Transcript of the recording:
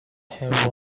have